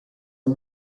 are